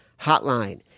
hotline